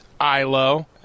Ilo